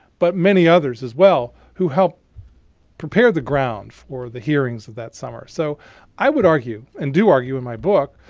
but many others as well who helped prepare the ground for the hearings of that summer. so i would argue, and do argue in my book,